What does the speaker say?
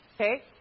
Okay